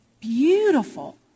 beautiful